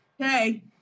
Okay